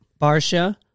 Barsha